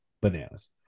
bananas